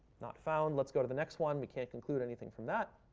not found. let's go to the next one. we can't conclude anything from that.